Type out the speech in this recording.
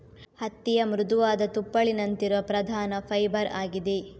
ಹತ್ತಿಯ ಮೃದುವಾದ ತುಪ್ಪಳಿನಂತಿರುವ ಪ್ರಧಾನ ಫೈಬರ್ ಆಗಿದೆ